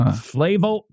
flavor